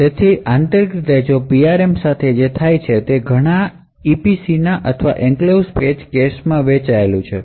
આંતરિક રીતે જે PRM સાથે થાય છે તે તે છે કે તે ઘણા EPC ના અથવા એન્ક્લેવ્સ પેજ કેશમાં વહેંચાયેલું છે